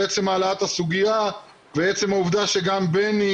על עצם העלאת הסוגייה ועצם העובדה שגם בני